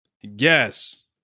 Yes